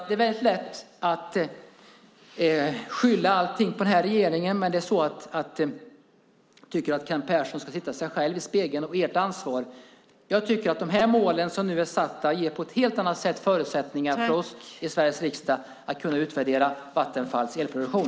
Det är väldigt lätt att skylla allting på den här regeringen, men jag tycker att Kent Persson ska titta sig själv spegeln och att ni ska ta ert ansvar. Jag tycker att de mål som nu är satta på ett helt annat sätt ger förutsättningar för oss i Sveriges riksdag att utvärdera Vattenfalls elproduktion.